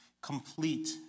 complete